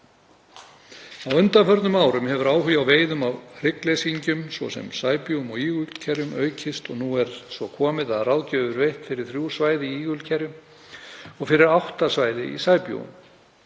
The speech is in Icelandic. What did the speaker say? Á undanförnum árum hefur áhugi á veiðum á hryggleysingjum, svo sem sæbjúgum og ígulkerjum, aukist og nú er svo komið að ráðgjöf er veitt fyrir þrjú svæði í ígulkerjum og fyrir átta svæði í sæbjúgum.